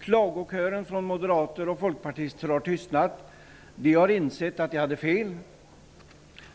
Klagokören från moderater och folkpartister har tystnat. De har insett att de hade fel.